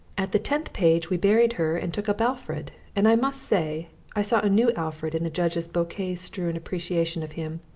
at the tenth page we buried her and took up alfred, and i must say i saw a new alfred in the judge's bouquet-strewn appreciation of him,